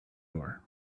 door